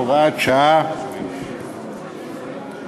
הוראת שעה) (תיקון),